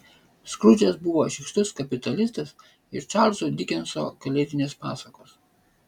skrudžas buvo šykštus kapitalistas iš čarlzo dikenso kalėdinės pasakos